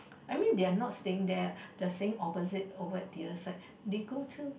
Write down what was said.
I mean they are not staying there they are staying opposite over other side they go too